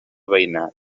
veïnat